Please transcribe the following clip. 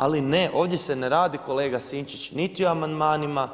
Ali ne ovdje se ne radi kolega Sinčić, niti o amandmanima,